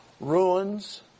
ruins